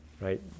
right